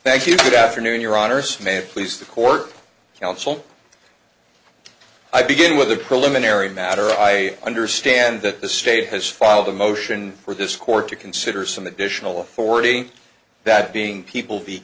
thank you good afternoon your honour's may please the court counsel i begin with a preliminary matter i understand that the state has filed a motion for this court to consider some additional forty that being people be